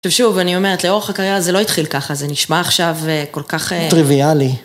עכשיו שוב, אני אומרת, לאורך הקריירה זה לא התחיל ככה, זה נשמע עכשיו כל כך... טריוויאלי.